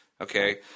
Okay